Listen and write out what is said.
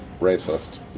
racist